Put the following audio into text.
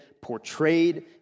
portrayed